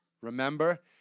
Remember